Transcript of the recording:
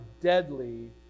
deadly